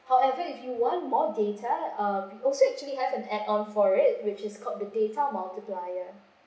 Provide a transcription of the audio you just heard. however if you want more data uh we also actually have a add on for it which is called the data multiplier